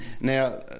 Now